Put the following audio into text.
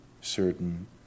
certain